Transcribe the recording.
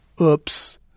Oops